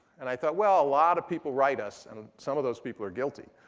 and i thought, well, a lot of people write us. and some of those people are guilty.